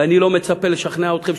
ואני לא מצפה לשכנע אתכם,